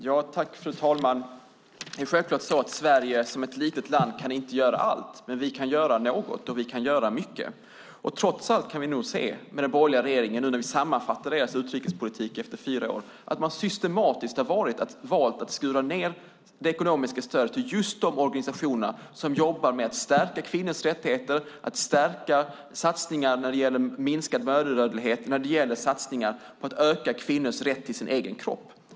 Fru talman! Sverige som är ett litet land kan naturligtvis inte göra allt, men vi kan göra något och vi kan göra mycket. När vi nu sammanfattar den borgerliga regeringens utrikespolitik efter fyra år kan vi se att man systematiskt har valt att skära ned det ekonomiska stödet till just de organisationer som jobbar med att stärka kvinnors rättigheter, stärka satsningar för minskad mödradödlighet och satsningar på att öka kvinnors rätt till sin egen kropp.